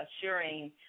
assuring